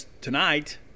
tonight